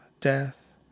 death